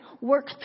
work